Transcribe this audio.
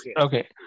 Okay